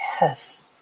yes